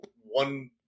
one –